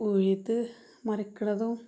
ഉഴുത് മറിക്കുന്നതും